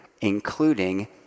including